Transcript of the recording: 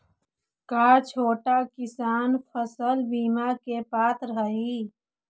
का छोटा किसान फसल बीमा के पात्र हई?